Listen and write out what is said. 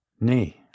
Nay